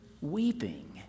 weeping